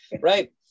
Right